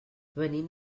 venim